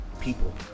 people